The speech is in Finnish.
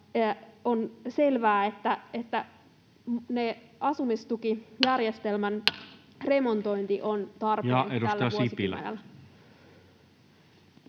On selvää, että asumistukijärjestelmän remontointi on tarpeen tällä vuosikymmenellä.